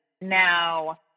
now